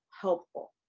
helpful